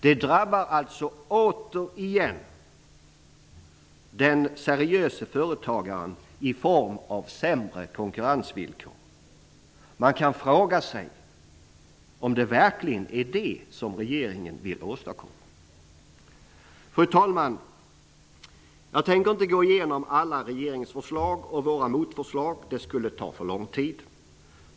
Det drabbar alltså återigen den seriöse företagaren i form av sämre konkurrensvillkor. Man kan fråga sig om det verkligen är detta som regeringen vill åstadkomma. Fru talman! Jag tänker inte gå igenom alla regeringens förslag och våra motförslag. Det skulle ta för lång tid.